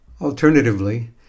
Alternatively